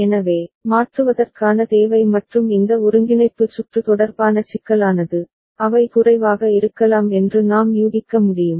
எனவே மாற்றுவதற்கான தேவை மற்றும் இந்த ஒருங்கிணைப்பு சுற்று தொடர்பான சிக்கலானது அவை குறைவாக இருக்கலாம் என்று நாம் யூகிக்க முடியும்